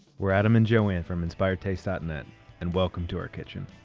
we're adam and joanne from inspiredtaste dot net and welcome to our kitchen.